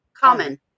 Common